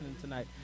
tonight